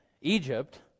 Egypt